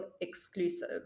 exclusive